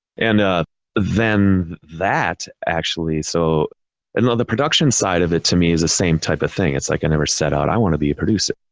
and then that actually, so and the production side of it, to me is the same type of thing. it's like i never set out, i want to be a producer.